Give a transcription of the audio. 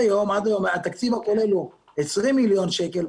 התקציב הכולל הוא 20 מיליון שקלים.